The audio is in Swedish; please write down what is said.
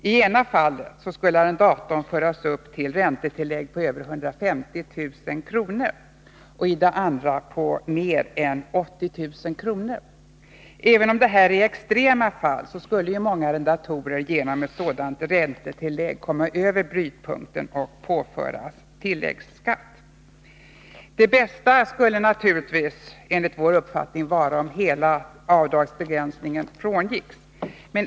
Arrendatorn skulle påföras räntetillägg på i det ena fallet över 150 000 kr. och i det andra fallet över 80 000 kr. Även om detta är extrema fall, skulle många arrendatorer genom ett sådant räntetillägg komma över brytpunkten och påföras tilläggsskatt. Det bästa skulle naturligtvis enligt vår uppfattning vara om hela avdragsbegränsningen frångicks.